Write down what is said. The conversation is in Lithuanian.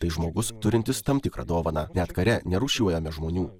tai žmogus turintis tam tikrą dovaną net kare nerūšiuojame žmonių